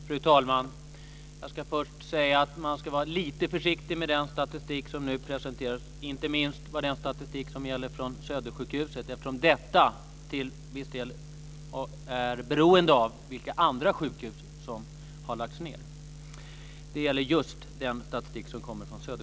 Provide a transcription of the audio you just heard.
Fru talman! Jag ska först säga att man ska vara lite försiktig med den statistik som nu presenteras - inte minst när det gäller statistiken från Södersjukhuset eftersom den till viss del är beroende av vilka andra sjukhus som har lagts ned.